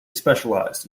specialised